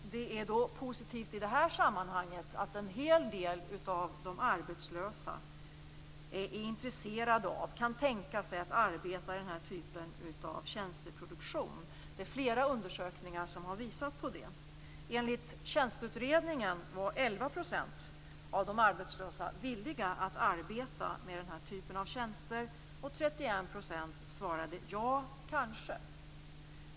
Det är positivt i det här sammanhanget att en hel del av de arbetslösa är intresserade av, och kan tänka sig att arbeta med, den här typen av tjänsteproduktion. Det är flera undersökningar som har visat det. Enligt Tjänsteutredningen var 11 % av de arbetslösa villiga att arbeta med den här typen av tjänster. 31 % svarade: "Ja, kanske".